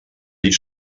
ell